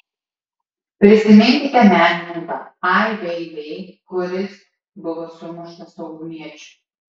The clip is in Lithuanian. prisiminkite menininką ai vei vei kuris buvo sumuštas saugumiečių